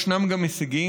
ישנם גם הישגים,